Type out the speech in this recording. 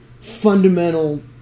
fundamental